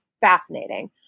fascinating